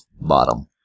bottom